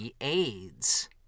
AIDS